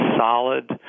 solid